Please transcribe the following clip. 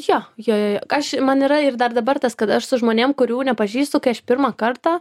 jo jo jo jo aš man yra ir dar dabar tas kad aš su žmonėm kurių nepažįstu kai aš pirmą kartą